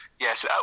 Yes